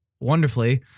wonderfully